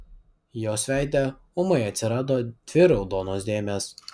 jos veide ūmai atsirado dvi raudonos dėmės